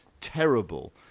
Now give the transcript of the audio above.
terrible